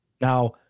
Now